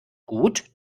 gut